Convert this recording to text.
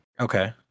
okay